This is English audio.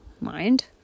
mind